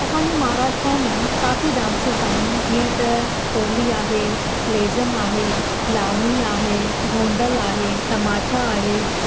असांजे महाराष्ट्र में काफी डांसिस आहिनि जीअं त कोली आहे लेज़म आहे लावणी आहे घोंदल आहे तमाचा आहे